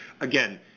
again